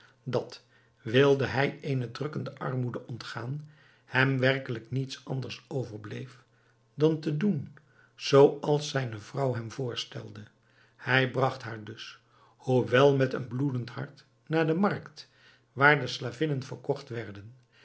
dat wilde hij eene drukkende armoede ontgaan hem werkelijk niets anders overbleef dan te doen zooals zijne vrouw hem voorstelde hij bragt haar dus hoewel met een bloedend hart naar de markt waar de slavinnen verkocht werden